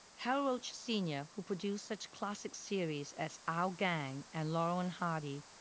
hal roach sr, who produced such classic series as our gang and laurel and hardy,